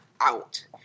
out